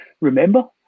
remember